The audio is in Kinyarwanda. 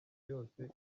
yose